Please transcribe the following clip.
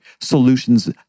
solutions